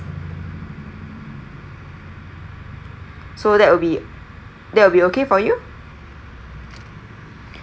so that will be that will okay for you